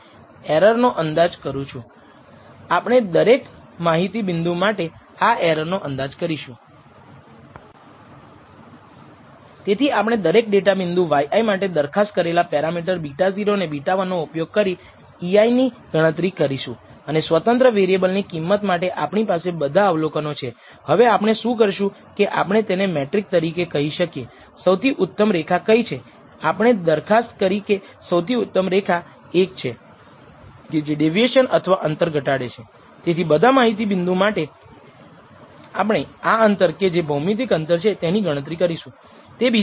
તો હવે ધારો કે આપણે ધારેલા સ્લોપ પરિમાણો સુસંગત છે તો આપણે આ વાદળી રેખા ફીટ કરીશું અને દરેક xi માટે ચાલો આપણે આ xi yi આ સ્વતંત્ર ચલને અનુલક્ષીને કરીશું આ રેખીય મોડેલનો ઉપયોગ કરીને yiનું અનુમાનિત મૂલ્ય આંતરછેદ બિંદુ હશે ભૂરી રેખા સાથે આ ઉભી લીટી જે ભૂરા બિંદુ દ્વારા રજૂ થાય છે જેને આપણે ŷi કહીએ છીએ